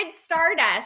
Stardust